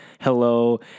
hello